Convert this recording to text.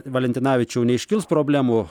valentinavičiau neiškils problemų